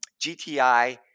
GTI